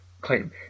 claim